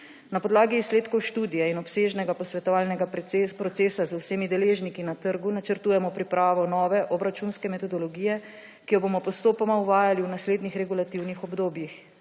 Na podlagi izsledkov študije in obsežnega posvetovalnega procesa z vsemi deležniki na trgu načrtujemo pripravo nove obračunske metodologije, ki jo bomo postopoma uvajali v naslednjih regulativnih obdobjih.